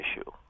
issue